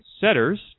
Setters